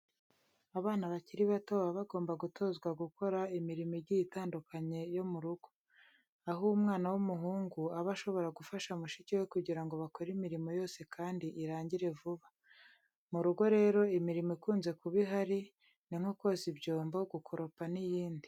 Abana bakiri bato baba bagomba gutozwa gukora imirimo igiye itandukanye yo mu rugo. Aho umwana w'umuhungu aba ashobora gufasha mushiki we kugira ngo bakore imirimo yose kandi irangire vuba. Mu rugo rero imirimo ikunze kuba ihari ni nko koza ibyombo, gukoropa n'iyindi.